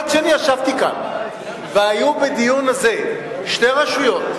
אבל כשאני ישבתי כאן והיו בדיון הזה שתי רשויות,